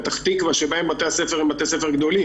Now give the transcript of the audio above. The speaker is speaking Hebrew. פתח תקווה שבהם בתי הספר הם גדולים,